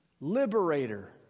Liberator